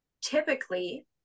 typically